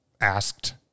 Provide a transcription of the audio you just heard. asked